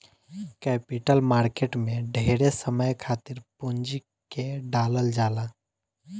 capital market में ढेरे समय खातिर पूंजी के डालल जाला